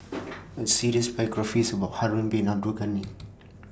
A series biographies about Harun Bin Abdul Ghani